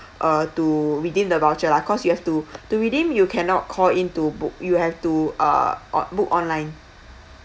uh to redeem the voucher lah cause you have to to redeem you cannot call in to book you have to uh book online